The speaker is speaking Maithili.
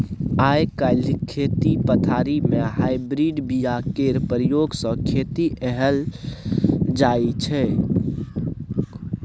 आइ काल्हि खेती पथारी मे हाइब्रिड बीया केर प्रयोग सँ खेती कएल जाइत छै